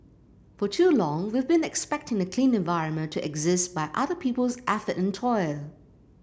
for too long we've been expecting a clean environment to exist by other people's effort and toil